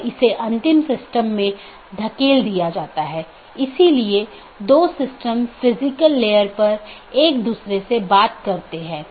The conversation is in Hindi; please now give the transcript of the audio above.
AS के भीतर इसे स्थानीय IGP मार्गों का विज्ञापन करना होता है क्योंकि AS के भीतर यह प्रमुख काम है